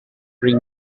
bring